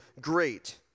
great